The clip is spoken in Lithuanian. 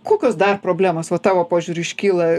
kokios dar problemos vat tavo požiūriu iškyla